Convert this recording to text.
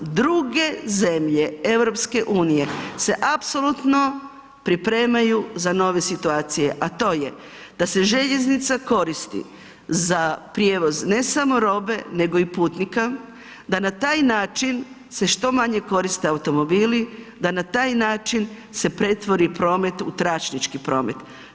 Druge zemlje EU se apsolutno pripremaju za nove situacije, a to je da se željeznica koristi za prijevoz ne samo robe nego i putnika, da na taj način se što manje koriste automobili, da na taj način se pretvori promet u tračnički promet.